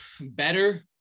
better